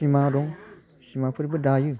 सिमा दं सिमाफोरबो दायो